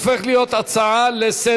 זה הופך להיות הצעה לסדר-היום,